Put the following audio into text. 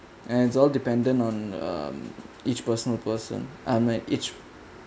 and it's all dependent on um each personal person I mean each